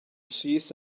syth